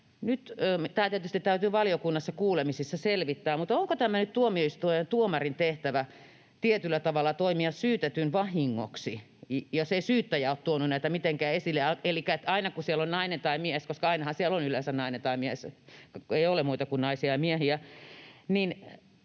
tämä tietysti täytyy valiokunnassa kuulemisissa selvittää — onko tämä nyt tuomioistuimen ja tuomarin tehtävä tietyllä tavalla toimia syytetyn vahingoksi, jos ei syyttäjä ole tuonut näitä mitenkään esille. Elikkä aina, kun siellä on nainen tai mies — koska ainahan siellä on yleensä nainen tai mies, ei ole muuta kuin naisia ja miehiä